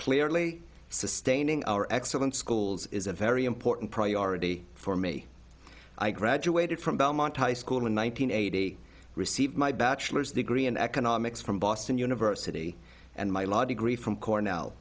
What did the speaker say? clearly sustain our excellent schools is a very important priority for me i graduated from belmont high school in one thousand a d received my bachelor's degree in economics from boston university and my law degree from cornell